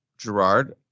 Gerard